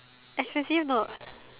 expansive or not